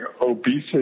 obesity